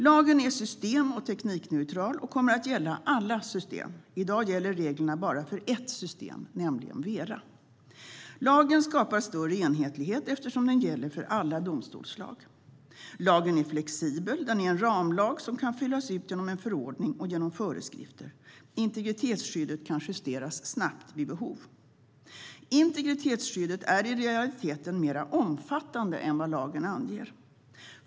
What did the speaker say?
Lagen är system och teknikneutral och kommer att gälla alla system. I dag gäller reglerna bara för ett system, nämligen Vera. Lagen skapar större enhetlighet eftersom den gäller för alla domstolsslag. Lagen är flexibel; den är en ramlag som kan fyllas ut genom en förordning och genom föreskrifter. Integritetsskyddet kan justeras snabbt vid behov. Integritetsskyddet är i realiteten mer omfattande än vad lagen anger.